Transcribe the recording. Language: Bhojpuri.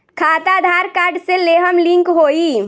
खाता आधार कार्ड से लेहम लिंक होई?